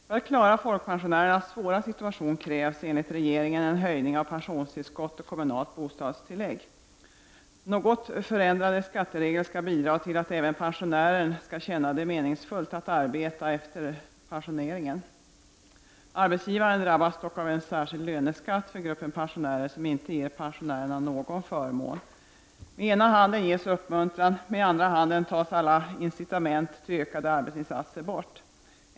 För att klara folkpensionärernas svåra situation krävs enligt regeringen en höjning av pensionstillskott och kommunalt bostadstillägg. Något förändrade skatteregler skall bidra till att pensionärer skall känna det meningsfullt att arbeta även efter pensioneringen. Arbetsgivaren drabbas dock av en sär skild löneskatt för gruppen pensionärer som inte ger pensionären någon förmån. Med ena handen ges uppmuntran, med andra handen tas alla incitament till ökade arbetsinsatser bort.